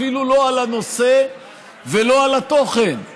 אפילו לא על הנושא ולא התוכן,